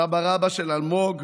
סבא-רבא של אלמוג,